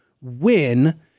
win